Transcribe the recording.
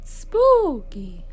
spooky